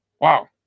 wow